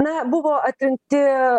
na buvo atrinkti